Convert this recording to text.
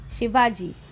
Shivaji